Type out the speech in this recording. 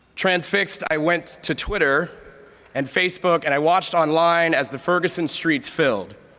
transfixed, i went to twitter and facebook and i watched on-line as the ferguson streets filled,